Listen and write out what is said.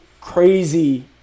crazy